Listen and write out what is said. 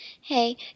Hey